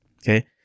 okay